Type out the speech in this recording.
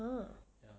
!huh!